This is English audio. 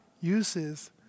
uses